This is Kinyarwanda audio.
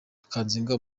kanziga